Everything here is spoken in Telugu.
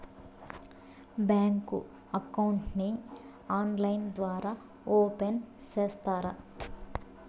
బ్యాంకు అకౌంట్ ని ఆన్లైన్ ద్వారా ఓపెన్ సేస్తారా?